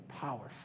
powerful